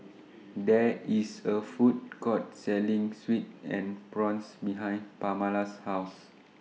There IS A Food Court Selling Sweet and Sour Prawns behind Pamala's House